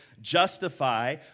justify